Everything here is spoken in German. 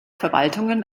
verwaltungen